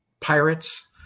Pirates